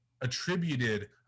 attributed